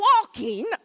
walking